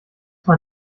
man